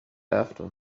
after